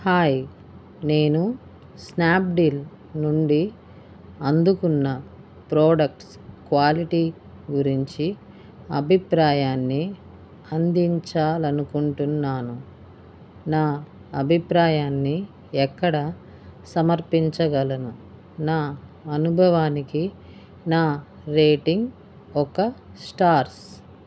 hi నేను Snapdeal నుండి అందుకున్న ప్రోడక్ట్స్ క్వాలిటీ గురించి అభిప్రాయాన్ని అందించాలి అనుకుంటున్నాను నా అభిప్రాయాన్ని ఎక్కడ సమర్పించగలను నా అనుభవానికి నా రేటింగ్ ఒక స్టార్స్